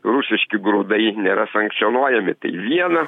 rusiški grūdai nėra sankcionuojami tai viena